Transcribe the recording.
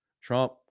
Trump